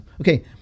Okay